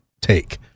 take